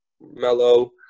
Mellow